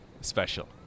Special